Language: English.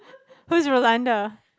who's Rolanda